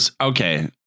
okay